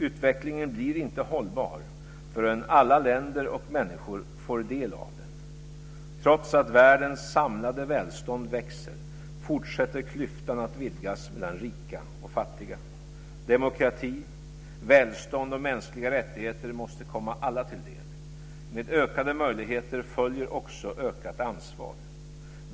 Utvecklingen blir inte hållbar förrän alla länder och människor får del av den. Trots att världens samlade välstånd växer fortsätter klyftan att vidgas mellan rika och fattiga. Demokrati, välstånd och mänskliga rättigheter måste komma alla till del. Med ökade möjligheter följer också ökat ansvar.